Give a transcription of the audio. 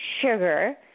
sugar